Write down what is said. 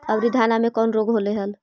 अबरि धाना मे कौन रोग हलो हल?